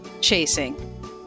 chasing